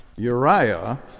Uriah